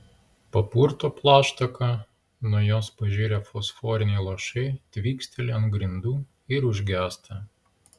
papurto plaštaką nuo jos pažirę fosforiniai lašai tvyksteli ant grindų ir užgęsta